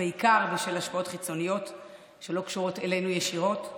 בעיקר בשל השפעות חיצוניות שלא קשורות אלינו ישירות.